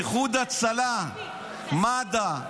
איחוד הצלה, מד"א.